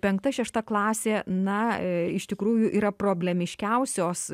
penkta šešta klasė na iš tikrųjų yra problemiškiausios